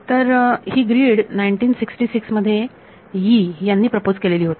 तर ही ग्रीड 1966 मध्ये यी यांनी प्रपोज केलेली होती